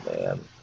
man